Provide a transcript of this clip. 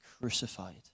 crucified